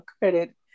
credit